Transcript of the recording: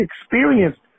experienced